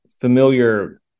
familiar